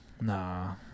Nah